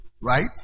Right